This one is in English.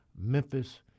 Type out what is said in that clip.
Memphis